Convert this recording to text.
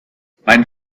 mein